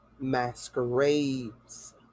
Masquerades